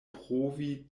provi